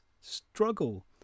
struggle